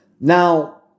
Now